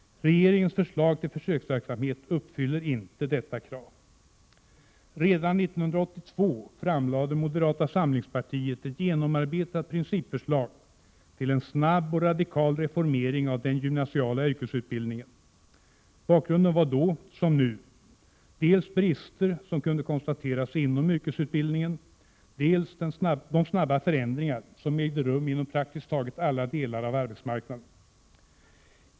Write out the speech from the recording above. Regeringens förslag till försöksverksamhet uppfyller inte detta krav. Redan 1982 framlade moderata samlingspartiet ett genomarbetat principförslag till en snabb och radikal reformering av den gymnasiala yrkesutbildningen. Bakgrunden var, då som nu, dels brister som kunde konstateras inom yrkesutbildningen, dels de snabba förändringar som ägde rum inom praktiskt taget alla delar av arbetsmarknaden.